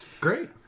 Great